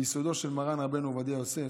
מיסודו של מרן רבנו עובדיה יוסף,